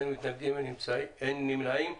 אין מתנגדים, אין נמנעים.